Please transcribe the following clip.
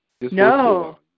No